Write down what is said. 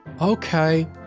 Okay